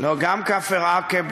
גם כפר-עקב,